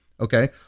Okay